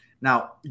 now